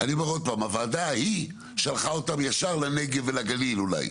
פעם, הוועדה ההיא שלחה אותם ישב לנגב ולגליל אולי.